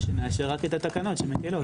או נאשר רק את התקנות שמקלות.